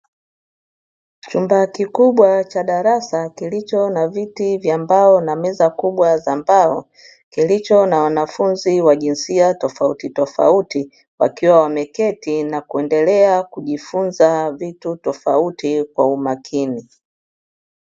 Chumba kikubwa cha darasa kilicho na viti vya mbao na meza kubwa za mbao, kilicho na wanafunzi wa jinsia tofauti tofauti wakiwa wameketi na kuendelea kujifunza vitu tofauti kwa umakini.